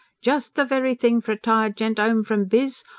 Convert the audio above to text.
jest the very thing for a tired gent ome from biz,